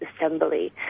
assembly